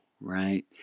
right